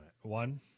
one